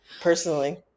personally